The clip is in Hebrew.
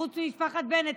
חוץ ממשפחת בנט,